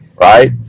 right